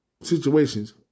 situations